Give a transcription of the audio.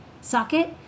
socket